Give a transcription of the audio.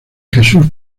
jesús